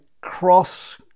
cross